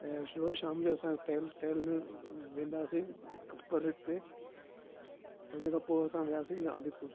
ऐं रोज़ु शाम जो असां टह टहिलणु वेंदासीं परेड ते उन खां पोइ असां वियासीं गांधीपुर